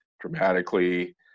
dramatically